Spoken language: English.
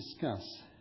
discuss